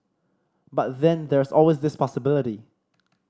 but then there's always this possibility